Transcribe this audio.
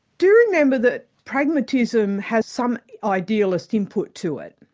do remember that pragmatism has some idealist input to it.